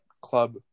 club